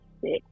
six